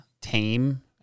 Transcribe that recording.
tame